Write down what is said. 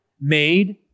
made